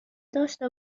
داشته